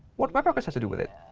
what webworkers has to do with it.